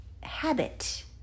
habit